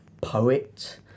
poet